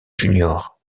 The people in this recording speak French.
junior